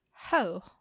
Ho